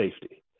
safety